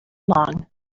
long